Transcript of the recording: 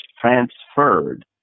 transferred